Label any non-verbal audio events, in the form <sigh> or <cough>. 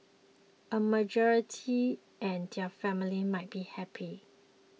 <noise> a majority and their family might be happy